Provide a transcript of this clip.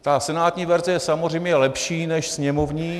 Ta senátní verze je samozřejmě lepší než sněmovní.